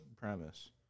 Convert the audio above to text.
premise